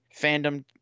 fandom